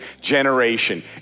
generation